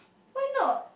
why not